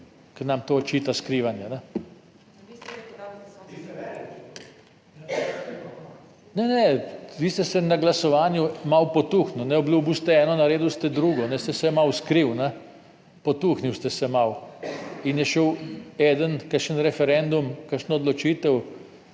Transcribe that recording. ker nam to očita skrivanje. Ne, ne, vi ste se na glasovanju malo potuhnili, obljubil ste eno, naredil ste drugo, ste se malo skril, potuhnil ste se malo in je šel eden kakšen referendum, kakšno odločitev